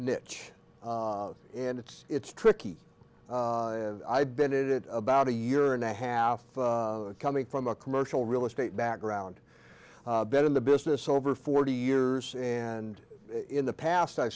niche and it's it's tricky i've been hit it about a year and a half coming from a commercial real estate background bed in the business over forty years and in the past i